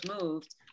moved